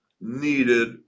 needed